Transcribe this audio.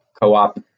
co-op